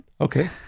Okay